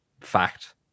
fact